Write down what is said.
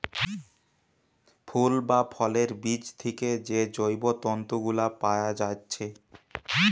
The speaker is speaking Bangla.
ফুল বা ফলের বীজ থিকে যে জৈব তন্তু গুলা পায়া যাচ্ছে